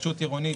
התחדשות עירונית.